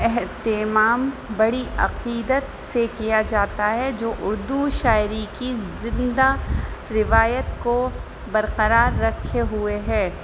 اہتمام بڑی عقیدت سے کیا جاتا ہے جو اردو شاعری کی زندہ روایت کو برقرار رکھے ہوئے ہے